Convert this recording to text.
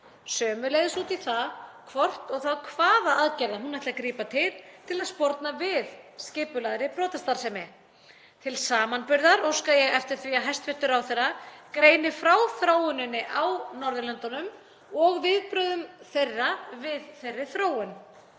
sömuleiðis út í það hvort og þá hvaða aðgerða hún ætli að grípa til til að sporna við skipulagðri brotastarfsemi. Til samanburðar óska ég eftir því að hæstv. ráðherra greini frá þróuninni á Norðurlöndunum og viðbrögðum þeirra við þeirri þróun.